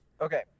Okay